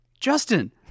Justin